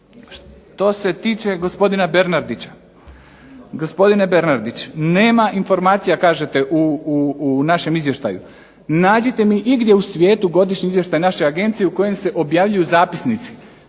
Što se tiče gospodina Bernardića, gospodine Bernardić nema informacija kažete u našem Izvještaju, nađite mi igdje u svijetu godišnji izvještaj naše agencije u kojem se objavljuju zapisnici.